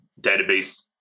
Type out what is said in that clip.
database